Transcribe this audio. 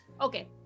Okay